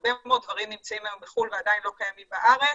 הרבה דברים היום נמצאים בחו"ל ועדיין לא קיימים בארץ,